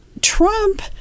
Trump